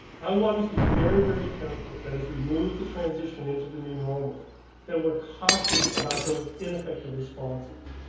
i want us to be very, very careful that as we move the transition into the new normal that were cautious about those in-effective responses.